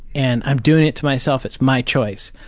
and i'm doing it to myself. it's my choice.